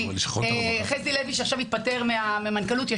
חזי לוי, שעכשיו התפטר מן המנכ"לות,